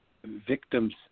Victims